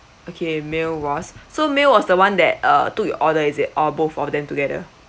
okay mill was so mill was the one that uh took your order is it or both of them together